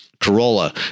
Corolla